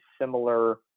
similar